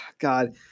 god